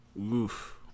Oof